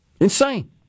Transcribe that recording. Insane